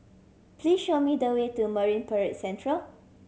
please show me the way to Marine Parade Central